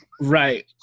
Right